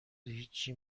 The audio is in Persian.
هیچی